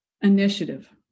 initiative